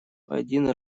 один